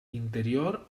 interior